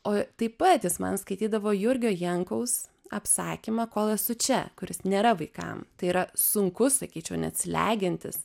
o taip pat jis man skaitydavo jurgio jankaus apsakymą kol esu čia kuris nėra vaikam tai yra sunkus sakyčiau net slegiantis